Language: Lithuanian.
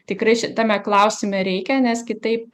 tikrai šitame klausime reikia nes kitaip